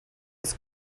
its